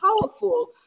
powerful